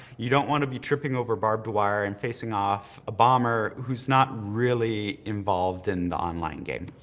you don't wanna be tripping over barbed wire and facing off a bomber who's not really involved in the online game.